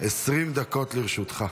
20 דקות לרשותך.